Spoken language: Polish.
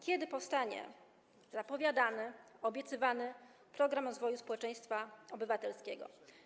Kiedy powstanie zapowiadany, obiecywany program rozwoju społeczeństwa obywatelskiego?